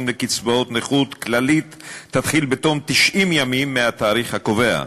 לקצבאות נכות כללית תתחיל בתום 90 ימים מהתאריך הקובע,